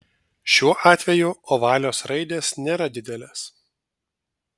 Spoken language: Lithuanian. šiuo atveju ovalios raidės nėra didelės